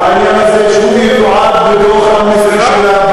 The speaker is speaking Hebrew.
העניין הזה מתועד בדוח "אמנסטי"